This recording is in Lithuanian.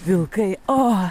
vilkai o